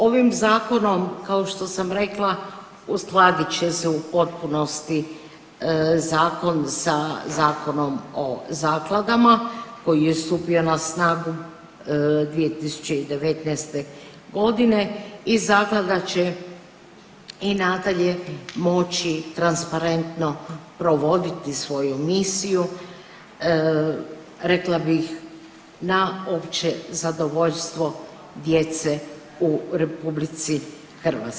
Ovim zakonom kao što sam rekla uskladit će se u potpunosti zakon sa Zakonom o zakladama koji je stupio na snagu 2019.g. i zaklada će i nadalje moći transparentno provoditi svoju misiju, rekla bih na opće zadovoljstvo djece u RH.